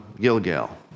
Gilgal